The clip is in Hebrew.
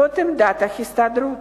זאת עמדת ההסתדרות.